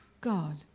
God